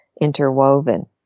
interwoven